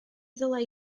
ddylai